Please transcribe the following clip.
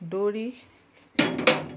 দৌৰি